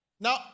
Now